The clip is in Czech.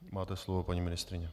Máte slovo, paní ministryně.